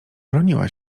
broniła